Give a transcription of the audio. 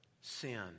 sin